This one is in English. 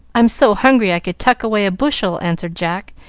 i'm so hungry i could tuck away a bushel, answered jack,